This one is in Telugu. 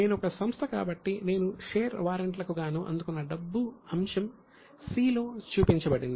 నేను ఒక సంస్థ కాబట్టి నేను షేర్ వారెంట్లకు గాను అందుకున్న డబ్బు అంశం 'c' లో చూపబడింది